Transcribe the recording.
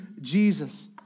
Jesus